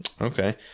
Okay